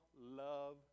love